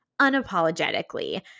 unapologetically